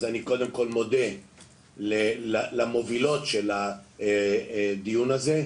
אני קודם כל מודה למובילות של הדיון הזה,